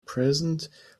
present